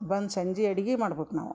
ಬಂದು ಸಂಜೆ ಅಡ್ಗಿ ಮಾಡ್ಬೇಕು ನಾವು